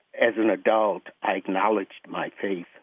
as an adult, i acknowledged my faith,